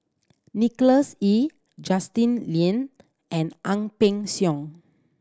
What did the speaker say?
Nicholas Ee Justin Lean and Ang Peng Siong